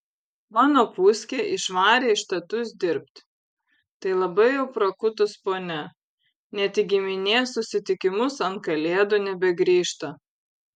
mano puskė išvarė į štatus dirbt tai labai jau prakutus ponia net į giminės susitikimus ant kalėdų nebegrįžta